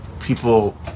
people